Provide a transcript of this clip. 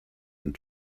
and